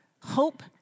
hope